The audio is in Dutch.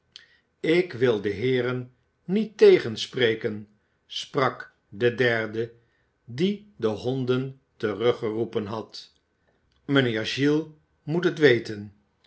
ik wil de heeren niet tegenspreken sprak de derde die de honden teruggeroepen had mijnheer gi es moet het weten